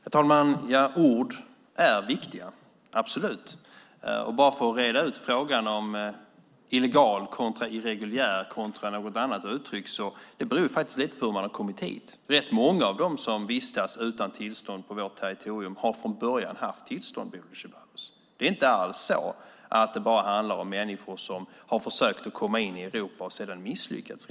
Herr talman! Ord är viktiga, absolut. Bara för att reda ut frågan om illegal kontra irreguljär kontra något annat uttryck: Det beror på hur man har kommit hit. Rätt många av dem som vistas utan tillstånd på vårt territorium har från början haft tillstånd, Bodil Ceballos. Det handlar inte bara om människor som har försökt komma in i Europa och sedan misslyckats.